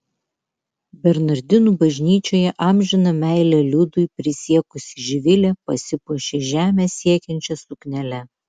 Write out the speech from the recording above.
bernardinų bažnyčioje amžiną meilę liudui prisiekusi živilė pasipuošė žemę siekiančia suknele